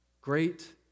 great